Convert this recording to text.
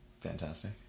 Fantastic